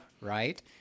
Right